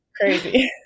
crazy